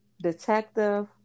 detective